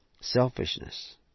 selfishness